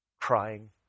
crying